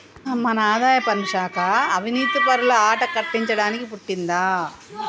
మన ఆదాయపన్ను శాఖ అవనీతిపరుల ఆట కట్టించడానికి పుట్టిందంటా